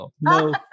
No